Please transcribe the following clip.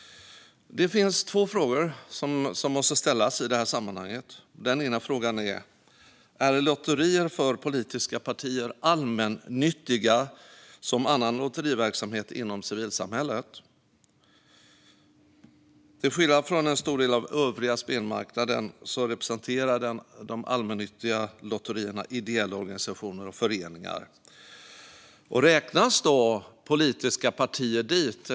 Det finns två frågor som måste ställas i detta sammanhang. Den ena frågan är: Är lotterier för politiska partier allmännyttiga som annan lotteriverksamhet inom civilsamhället? Till skillnad från en stor del av den övriga spelmarknaden representerar de allmännyttiga lotterierna ideella organisationer och föreningar. Räknas politiska partier dit?